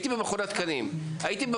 הייתי במכון התקנים,